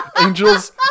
Angel's